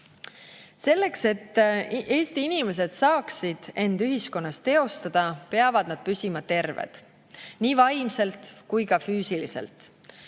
Selleks, et Eesti inimesed saaksid end ühiskonnas teostada, peavad nad püsima terved nii vaimselt kui ka füüsiliselt.